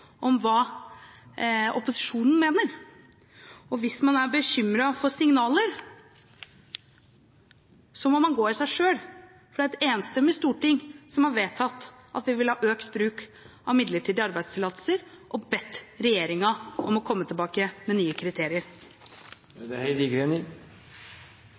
om hva opposisjonen mener. Og hvis man er bekymret for signaler, må man gå i seg selv, for det er et enstemmig storting som har vedtatt at vi vil ha økt bruk av midlertidige arbeidstillatelser og bedt regjeringen om å komme tilbake med nye kriterier.